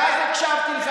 ואז הקשבתי לך